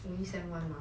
only sem one mah